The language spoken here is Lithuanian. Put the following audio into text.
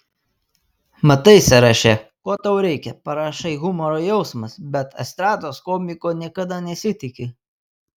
matai sąraše ko tau reikia parašai humoro jausmas bet estrados komiko niekada nesitiki